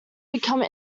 become